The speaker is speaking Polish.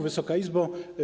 Wysoka Izbo!